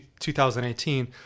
2018